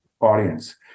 audience